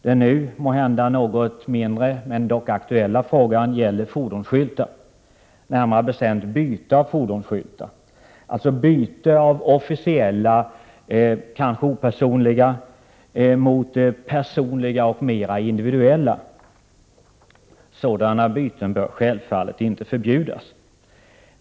Den nu måhända något mindre men ändock aktuella frågan gäller fordonsskyltar, närmare bestämt byte av officiella och kanske opersonliga skyltar till personliga och mer individuella skyltar. Sådana byten bör självfallet inte förbjudas.